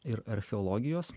ir archeologijos